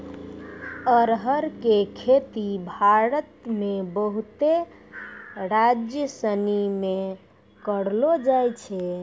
अरहर के खेती भारत मे बहुते राज्यसनी मे करलो जाय छै